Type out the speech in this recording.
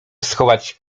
schować